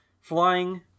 flying